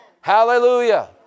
Hallelujah